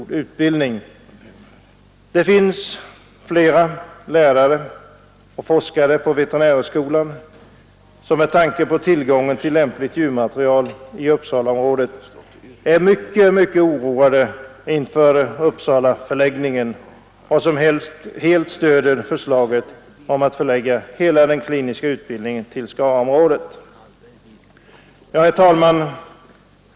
Det finns flera lärare och forskare på veterinärhögskolan som med tanke på tillgången till lämpligt djurmaterial i Uppsalaområdet är mycket oroade av Uppsalaförläggningen och som helt stöder förslaget att förlägga hela den kliniska utbildningen till Skaraområdet. Herr talman!